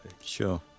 Sure